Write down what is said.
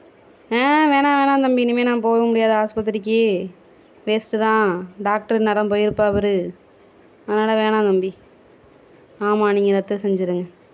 வேணாம் வேணாம் வேணாம் தம்பி இனிமேல் போக முடியாது ஹாஸ்பத்திரிக்கு வேஸ்ட்டு தான் டாக்டர் இந்நேரம் போயிருப்பாவுரு வேணாம் வேணாம் தம்பி ஆமாம் நீங்கள் ரத்து செஞ்சுருங்க